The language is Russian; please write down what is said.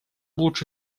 лучше